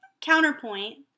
Counterpoint